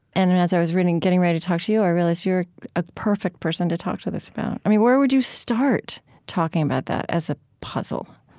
and and as i was reading, getting ready to talk to you, i realized you're a perfect person to talk to this about. i mean, where would you start talking about that as a puzzle?